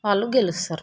వాళ్ళు గెలుస్తారు